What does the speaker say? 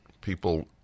People